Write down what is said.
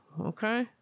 okay